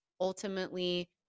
Ultimately